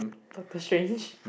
Doctor-Strange